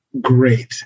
great